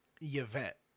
Yvette